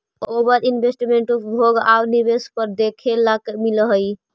ओवर investment उपभोग आउ निवेश पर देखे ला मिलऽ हई